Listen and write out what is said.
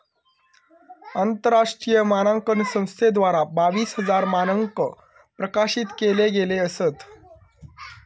आंतरराष्ट्रीय मानांकन संस्थेद्वारा बावीस हजार मानंक प्रकाशित केले गेले असत